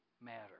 matter